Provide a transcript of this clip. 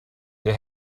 der